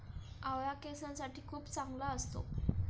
आवळा केसांसाठी खूप चांगला असतो